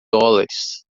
dólares